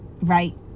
right